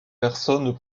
personnes